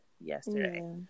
yesterday